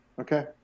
Okay